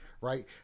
right